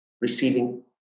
receiving